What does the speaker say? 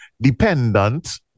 dependent